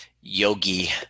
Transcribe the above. yogi